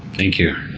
thank you.